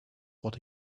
what